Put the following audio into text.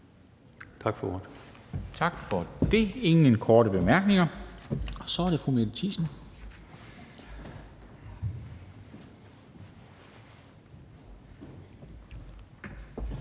Tak for det. Der er ingen korte bemærkninger. Så er det fru Mette Thiesen,